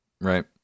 right